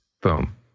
Boom